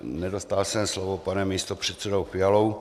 Nedostal jsem slovo panem místopředsedou Fialou.